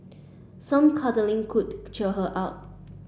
some cuddling could cheer her up